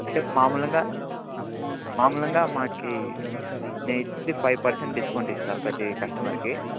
అంటే మామూలుగా మాములుగా మాకు నేను ఇచ్చేది ఫైవ్ పర్సెంట్ డిస్కౌంట్ ఇస్తాను ప్రతి కస్టమర్కి